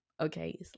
Okay